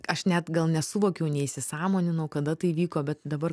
aš net gal nesuvokiau neįsisąmoninau kada tai įvyko bet dabar